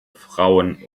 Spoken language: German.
frauen